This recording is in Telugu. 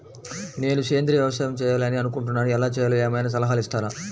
నేను సేంద్రియ వ్యవసాయం చేయాలి అని అనుకుంటున్నాను, ఎలా చేయాలో ఏమయినా సలహాలు ఇస్తారా?